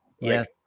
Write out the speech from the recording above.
Yes